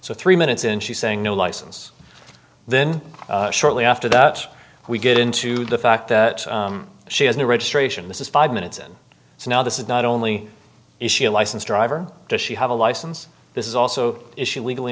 so three minutes in she's saying no license then shortly after that we get into the fact that she has new registration this is five minutes in so now this is not only is she a licensed driver does she have a license this is also issued legally